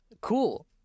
cool